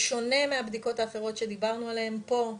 בשונה מהבדיקות האחרות שדיברנו עליהם פה,